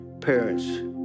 parents